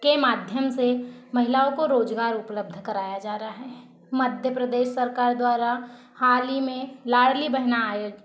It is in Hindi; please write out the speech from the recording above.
के माध्यम से महिलाओं को रोज़गार उपलब्ध कराया जा रहा है मध्य प्रदेश सरकार द्वारा हाल ही में लाड़ली बहना आय